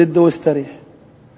סִדְהֻ וַאסְתַרִיחְ